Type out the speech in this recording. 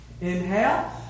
Inhale